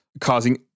causing